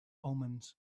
omens